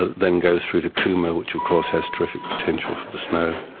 then goes through to cooma which of course has terrific potential for the snow.